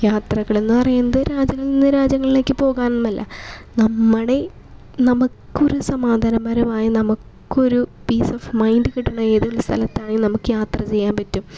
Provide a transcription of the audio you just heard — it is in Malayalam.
യാത്രകളെന്ന് പറയുന്നത് രാജ്യങ്ങളിൽ നിന്ന് രാജ്യങ്ങളിലേക്ക് പോകാൻ എന്നല്ല നമ്മുടെ നമുക്കൊരു സമാധാനപരമായി നമുക്കൊരു പീസ് ഓഫ് മൈൻഡ് കിട്ടുന്ന ഏതൊരു സ്ഥലത്താണെങ്കിലും നമുക്ക് യാത്ര ചെയ്യാൻ പറ്റും